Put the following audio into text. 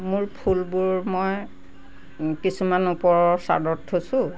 মোৰ ফুলবোৰ মই কিছুমান ওপৰৰ চাদত থৈছোঁ